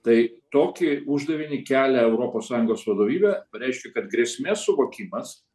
tai tokį uždavinį kelia europos sąjungos vadovybė reiškia kad grėsmės suvokimas